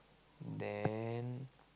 then